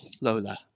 Lola